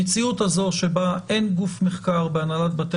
המציאות הזו שבה אין גוף מחקר בהנהלת בתי